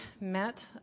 met